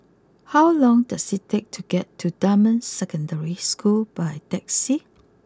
how long does it take to get to Dunman Secondary School by taxi